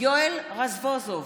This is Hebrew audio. יואל רזבוזוב,